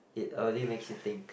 it already makes you think